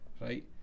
right